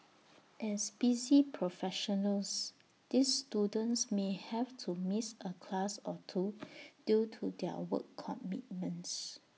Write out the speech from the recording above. as busy professionals these students may have to miss A class or two due to their work commitments